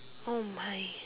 oh my